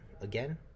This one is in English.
again